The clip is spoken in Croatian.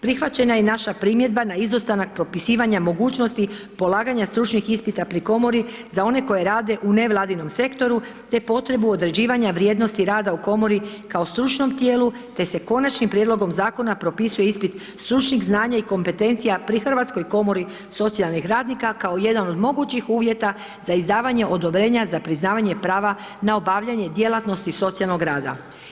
Prihvaćena je i naša primjedba na izostanak propisivanja mogućnosti polaganja stručnih ispita pri komori za one koji rade u nevladinom sektoru te potrebu određivanja vrijednosti rada u komori kao stručnom tijelu te se konačnim prijedlogom zakona propisuje ispit stručnih znanja i kompetencija pri Hrvatskoj komori socijalnih radnika kao jedan od mogućih uvjeta za izdavanje odobrenja za priznavanje prava na obavljanje djelatnosti socijalnog rada.